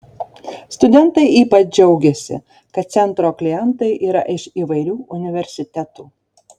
studentai ypač džiaugėsi kad centro klientai yra iš įvairių universitetų